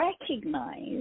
recognize